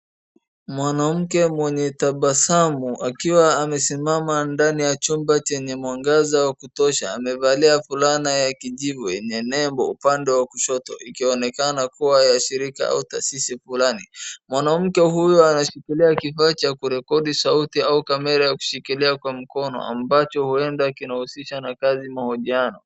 Mwanamke mwenye tabasamu, akiwa amesimama ndani ya chumba chenye mwangaza wakutosha. Amevalia fulana ya kijivu yenye nembo pande ya kushoto ikionekana kuwa ya shirika au tasisi fulani. Mwanamke huyu anashikilia kifaa cha kurecodi sauti au kamera yakushikilia kwa mkono, ambacho huenda kinahusisha na kazi ya mahojiano.